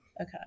okay